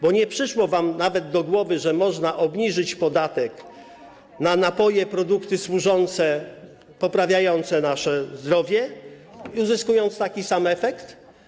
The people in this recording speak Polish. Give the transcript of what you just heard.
Bo nie przyszło wam nawet do głowy, że można obniżyć podatek na napoje, produkty poprawiające nasze zdrowie, uzyskując taki sam efekt.